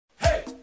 Hey